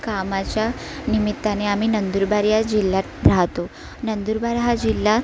कामाच्या निमित्ताने आम्ही नंदुरबार या जिल्ह्यात राहतो नंदुरबार हा जिल्हा